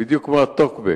בדיוק כמו ה"טוקבק",